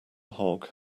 hog